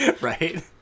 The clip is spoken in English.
Right